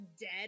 dead